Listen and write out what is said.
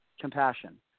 compassion